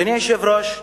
אדוני היושב-ראש,